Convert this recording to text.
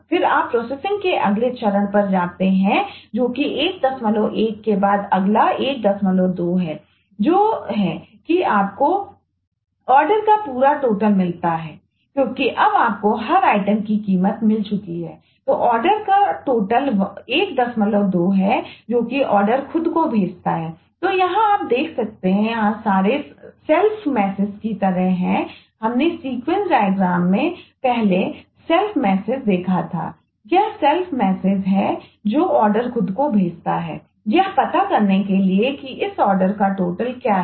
फिर आप प्रोसेसिंगक्या है